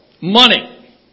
money